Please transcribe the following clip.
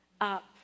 up